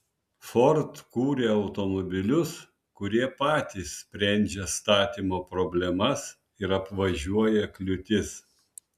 ford kuria automobilius kurie patys sprendžia statymo problemas ir apvažiuoja kliūtis